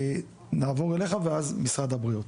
נעבור אליך ואז משרד הבריאות.